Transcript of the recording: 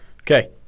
okay